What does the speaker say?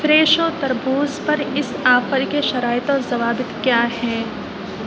فریشو تربوز پر اس آفر کے شرائط و ضوابط کیا ہیں